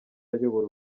ayobora